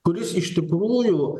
kuris iš tikrųjų